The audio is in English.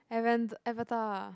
Avan~ Avatar